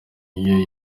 iyo